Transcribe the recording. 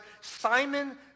Simon